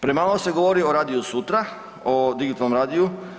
Premalo se govori o radiju sutra, o digitalnom radiju.